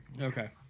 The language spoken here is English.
okay